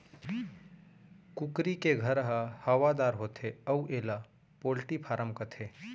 कुकरी के घर ह हवादार होथे अउ एला पोल्टी फारम कथें